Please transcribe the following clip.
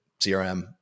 CRM